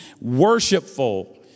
worshipful